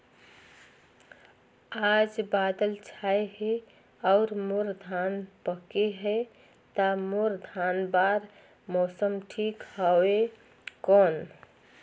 आज बादल छाय हे अउर मोर धान पके हे ता मोर धान बार मौसम ठीक हवय कौन?